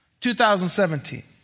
2017